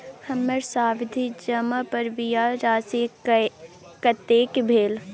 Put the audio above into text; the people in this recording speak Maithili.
हमर सावधि जमा पर ब्याज राशि कतेक भेल?